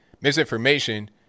misinformation